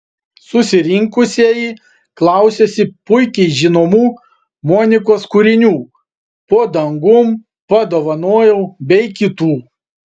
susirinkusieji klausėsi puikiai žinomų monikos kūrinių po dangum padovanojau bei kitų